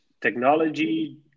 technology